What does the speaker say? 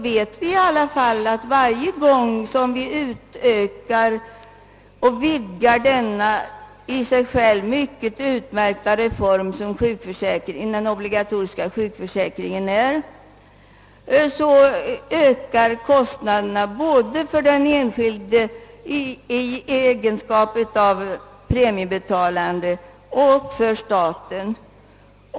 Men vi vet att varje gång vi vidgar den i sig själv utmärkta reform som den obligatoriska sjukförsäkringen är, ökar kostnaderna både för den enskilde i egenskap av premiebetalande och för staten.